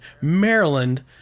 Maryland